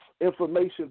information